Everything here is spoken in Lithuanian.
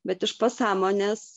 bet iš pasąmonės